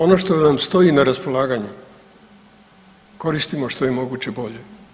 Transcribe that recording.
Ono što nam stoji na raspolaganju koristimo što je moguće bolje.